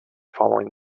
following